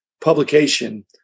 publication